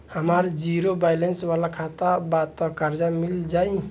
हमार zero balance वाला खाता बा त कर्जा मिल जायी?